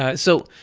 ah so,